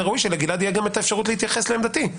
הראוי שתהיה גם האפשרות לגלעד להתייחס לעמדתי,